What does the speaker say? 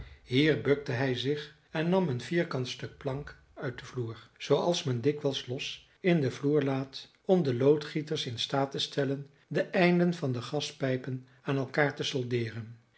hier bukte hij zich en nam een vierkant stuk plank uit den vloer zooals men dikwijls los in den vloer laat om de loodgieters in staat te stellen de einden van de gaspijpen aan elkaar te soldeeren